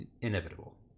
inevitable